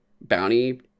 Bounty